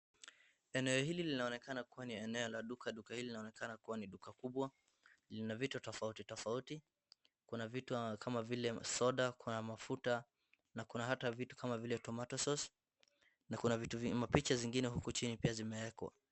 Eneo hili linaonekana kuwa ni eneo la duka, duka hili linaonekana kuwa ni duka kubwa, lina vitu tofauti tofauti, kuna vitu kama vile soda, na kuna mafuta, na kuna hata vitu kama vile tomato sauce na kuna vitu mapicha zingine huko chini pia zimeekwa.